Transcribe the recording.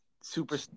super